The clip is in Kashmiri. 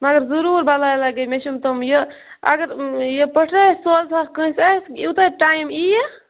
مگر ضرور بلاے لگے مےٚ چھم تِم یہِ اگر پٹھرٲیِتھ سوزہَکھ کٲنٛسہِ اتھ یوتاہ ٹایم یِیہِ